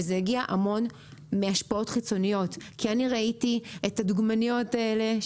וזה הגיע המון מהשפעות חיצוניות כי ראיתי את הדוגמניות האלה,